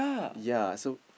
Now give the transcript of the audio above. ya so